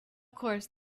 course